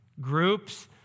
groups